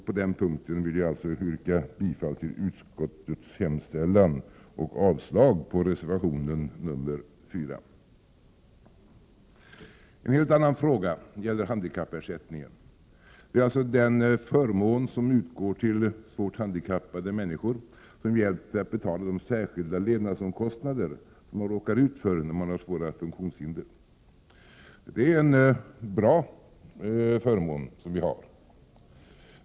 På denna punkt vill jag alltså yrka bifall till utskottets hemställan och avslag på reservation 4. En helt annan fråga gäller handikappersättningen. Det är alltså den förmån som utgår till svårt handikappade människor som hjälp till att betala de särskilda levnadsomkostnader som man råkar ut för när man har svårare funktionshinder. Det är en bra förmån.